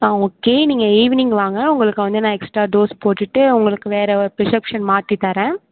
ஆ okay நீங்க evening வாங்க உங்களுக்கு வந்து நான் எக்ஸ்ட்ரா டோஸ் போட்டுவிட்டு உங்களுக்கு வேறு ஒரு பிரிஸப்சன் மாற்றி தரேன்